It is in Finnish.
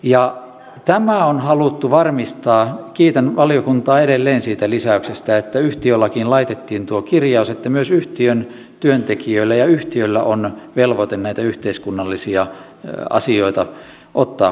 ja tämä on haluttu varmistaa kiitän valiokuntaa edelleen siitä lisäyksestä että yhtiölakiin laitettiin tuo kirjaus että myös yhtiön työntekijöillä ja yhtiöllä on velvoite näitä yhteiskunnallisia asioita ottaa huomioon